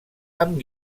amb